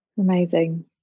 Amazing